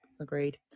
agreed